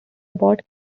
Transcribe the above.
abbott